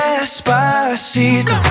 Despacito